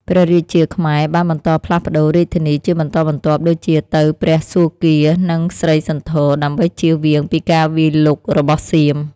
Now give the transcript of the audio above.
ព្រះរាជាខ្មែរបានបន្តផ្លាស់ប្តូររាជធានីជាបន្តបន្ទាប់ ដូចជាទៅព្រះសួគ៌ានិងស្រីសន្ធរ ដើម្បីជៀសវាងពីការវាយលុករបស់សៀម។